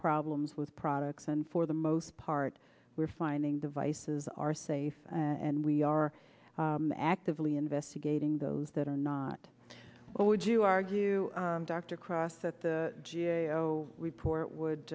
problems with products and for the most part we're finding devices are safe and we are actively investigating those that are not well would you argue dr cross that the g a o report would